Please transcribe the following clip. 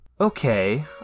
Okay